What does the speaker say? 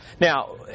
Now